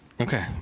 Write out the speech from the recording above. Okay